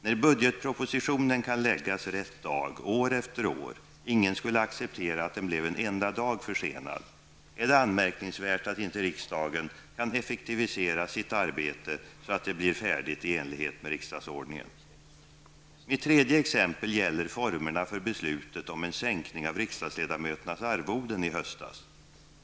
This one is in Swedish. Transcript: När budgetpropositionen kan läggas rätt dag år efter år -- ingen skulle acceptera att den blev en enda dag försenad -- är det anmärkningsvärt att inte riksdagen kan effektivisera sitt arbete så att det blir färdigt i enlighet med riksdagsordningen. Mitt tredje exempel gäller formerna för beslutet om en sänkning av riksdagsledamöternas arvoden i höstas.